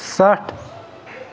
ستھ